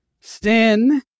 sin